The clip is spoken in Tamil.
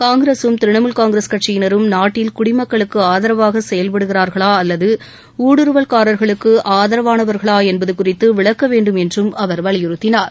காங்கிரஸும் திரிணமுல் காங்கிரஸ் கட்சியினரும் நாட்டில் குடிமக்களுக்கு ஆதரவாக செயல்படுகிறார்களா அல்லது ஊடுருவல்காரர்களுக்கு ஆதரவானவர்களா என்பது குறித்து விளக்க வேண்டும் என்றும் அவர் வலியுறுத்தினார்